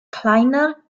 kleiner